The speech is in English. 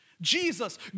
Jesus